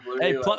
Hey